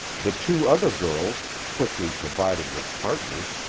the two other girls, quickly provided with partners,